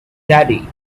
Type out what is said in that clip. daddy